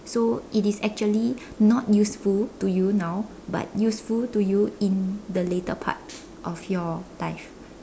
so it is actually not useful to you now but useful to you in the later part of your life